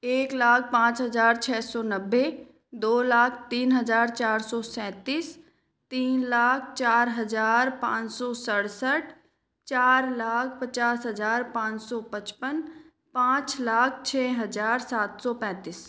एक लाख पाँच हज़ार छह सौ नब्बे दो लाख तीन हज़ार चार सौ सैंतीस तीन लाख चार हज़ार पाँच सौ सड़सठ चार लाख पचास हज़ार पाँच सौ पचपन पाँच लाख छह हज़ार सात सौ पैंतीस